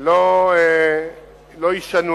לא יישנו.